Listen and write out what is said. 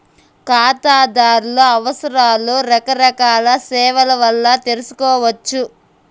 కాతాదార్ల అవసరాలు రకరకాల సేవల్ల వల్ల తెర్సొచ్చు